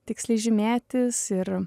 tiksliai žymėtis ir